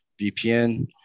VPN